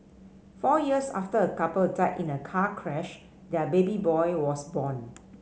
four years after a couple died in a car crash their baby boy was born